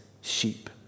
sheep